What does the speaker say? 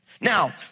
Now